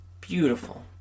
beautiful